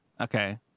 Okay